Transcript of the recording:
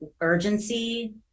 urgency